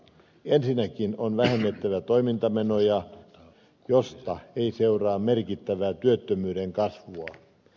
ensinnäkin on vähennettävä toimintamenoja mistä ei seuraa merkittävää työttömyyden kasvua